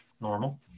normal